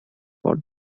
for